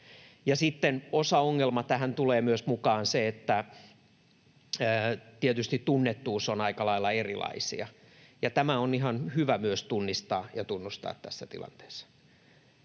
Sitten tähän tulee myös mukaan se osaongelma, että tietysti tunnettuudet ovat aika lailla erilaisia, ja tämä on ihan hyvä myös tunnistaa ja tunnustaa tässä tilanteessa.